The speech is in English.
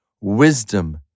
Wisdom